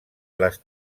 les